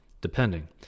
depending